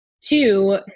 two